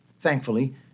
thankfully